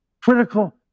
critical